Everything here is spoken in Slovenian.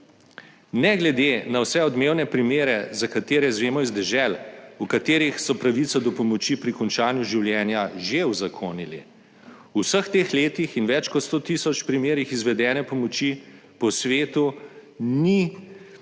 Ne glede na vse odmevne primere, za katere izvemo iz dežel, v katerih so pravico do pomoči pri končanju življenja že uzakonili, v vseh teh letih in več kot 100 tisoč primerih izvedene pomoči po svetu ni niti